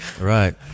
right